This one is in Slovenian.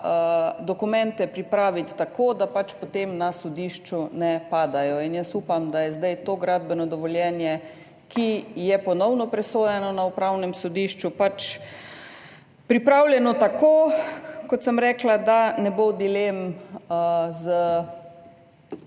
dokumente pripraviti tako, da pač potem na sodišču ne padajo. Jaz upam, da je zdaj to gradbeno dovoljenje, ki je ponovno presojano na Upravnem sodišču, pač pripravljeno tako, kot sem rekla, da ne bo dilem z